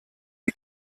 die